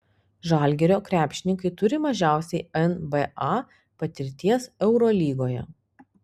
žalgirio krepšininkai turi mažiausiai nba patirties eurolygoje